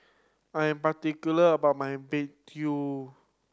I am particular about my begedil